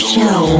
Show